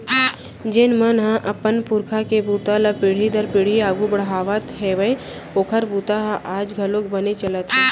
जेन मन ह अपन पूरखा के बूता ल पीढ़ी दर पीढ़ी आघू बड़हात हेवय ओखर बूता ह आज घलोक बने चलत हे